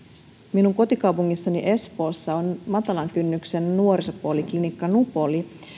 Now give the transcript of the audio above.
minun kotikaupungissani espoossa on matalan kynnyksen nuorisopoliklinikka nupoli